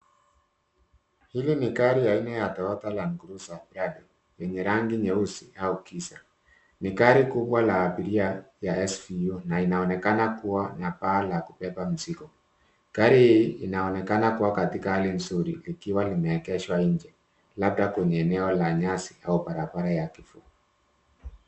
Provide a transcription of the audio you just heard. Hili ni gari aina ya toyota land cruiser yenye rangi nyeusi au kisa ni gari kubwa la abiria ya SVU na inaonekana kuwa na paa la kupeba mziko gari hii inaonekana kuwa katika hali nzuri ikiwa imeekeshwa nje labda kwenye eneo la nyasi au barabara